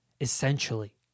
essentially